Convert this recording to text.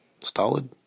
Stolid